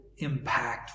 impactful